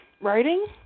writing